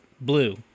Blue